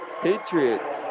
Patriots